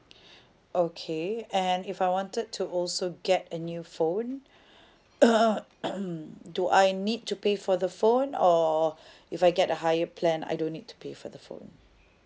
okay and if I wanted to also get a new phone do I need to pay for the phone or if I get a higher plan I don't need to pay for the phone